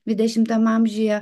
dvidešimtam amžiuje